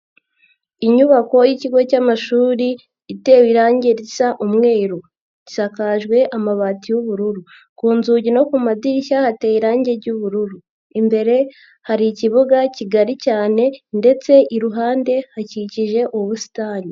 Inyubako y'ikigo cy'amashuri itewe irangi risa umweru, gisakajwe amabati y'ubururu ku nzugi no ku madirishya hateye irangi ry'ubururu, imbere hari ikibuga kigari cyane ndetse iruhande hakikije ubusitani.